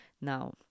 now